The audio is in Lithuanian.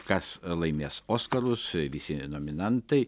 kas laimės oskarus visi nominantai